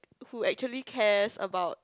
who actually cares about